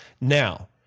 Now